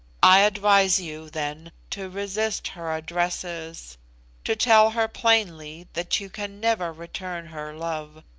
i advise you, then, to resist her addresses to tell her plainly that you can never return her love.